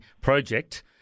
project